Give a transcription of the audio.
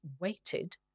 weighted